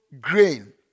grain